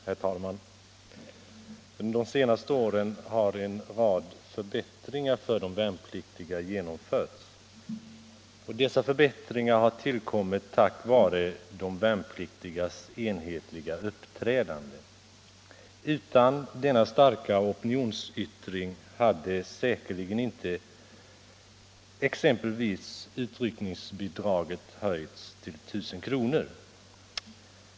Herr talman! Under de senaste åren har en rad förbättringar genomförts för de värnpliktiga. Dessa förbättringar har tillkommit tack vare de värnpliktigas enhetliga uppträdande. Utan denna starka opinionsyttring hade säkerligen inte utryckningsbidraget höjts till 1000 kr.